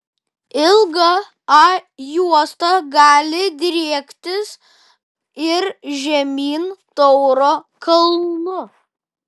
ilga a juosta gali driektis ir žemyn tauro kalnu